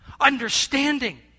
understanding